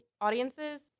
audiences